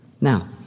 Now